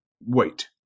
Wait